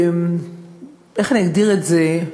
איך אגדיר את זה?